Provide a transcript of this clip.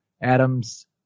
Adams